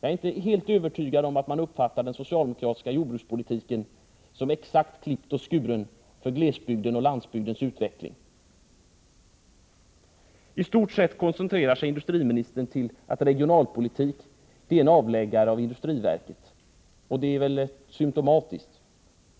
Jag är inte helt övertygad om att man uppfattar den socialdemokratiska jordbrukspolitiken som exakt klippt och skuren för glesbygdens och landsbygdens utveckling. I stort sett koncentrerar sig industriministern till att regionalpolitiken är en avläggare av industriverket, och det är väl symtomatiskt.